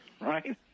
right